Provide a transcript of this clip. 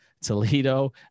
toledo